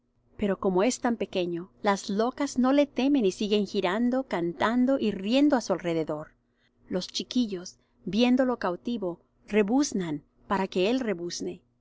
pero como es tan pequeño las locas no le temen y siguen girando cantando y riendo á su alrededor los chiquillos viéndolo cautivo rebuznan para que él rebuzne